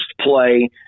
play